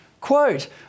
Quote